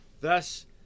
thus